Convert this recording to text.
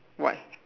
what